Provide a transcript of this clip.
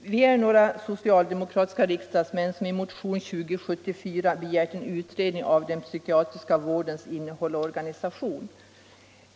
Vi är några socialdemokratiska riksdagsledamöter som i motionen 2074 begärt en utredning av den psykiatriska vårdens innehåll och organisation.